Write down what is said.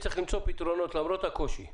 צריך למצוא פתרונות למרות הקושי.